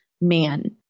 man